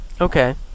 Okay